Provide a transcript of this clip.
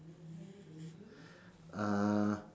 uh